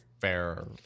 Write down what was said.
fair